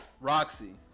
Roxy